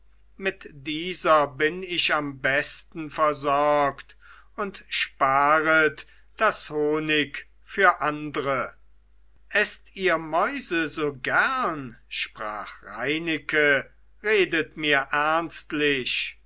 mit dieser bin ich am besten versorgt und sparet das honig für andre eßt ihr mäuse so gern sprach reineke redet mir